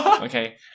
okay